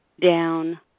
down